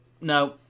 no